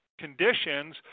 conditions